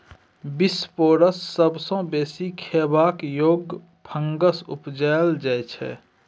बिसपोरस सबसँ बेसी खेबाक योग्य फंगस उपजाएल जाइ छै